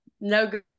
no